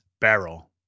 barrel